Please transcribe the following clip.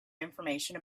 information